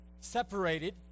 separated